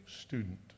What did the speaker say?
student